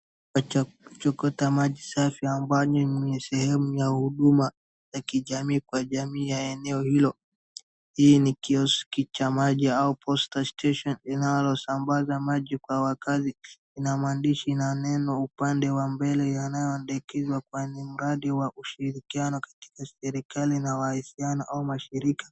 Kuchota maji safi ambayo ni sehemu ya huduma ya kijamii kwa jamii ya eneo hilo. Hii ni kioski cha maji au poster station , inalosambaza maji kwa wakaazi, ina maandishi na neno upande wa mbele yanayoandikishwa kwenye mradi wa ushirikiano katika serikali na wahisani au mashirika.